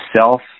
self